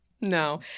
No